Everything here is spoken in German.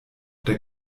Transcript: der